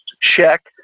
check